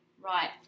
Right